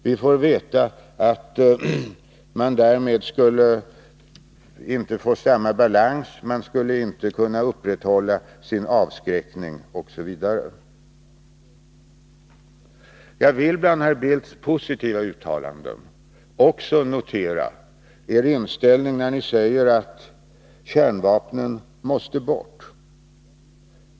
Vi får veta att man därmed inte skulle få samma balans, att man inte skulle kunna upprätthålla sin avskräckning, osv. Jag vill bland herr Bildts positiva uttalanden också notera er inställning, när ni säger att kärnvapnen måste bort.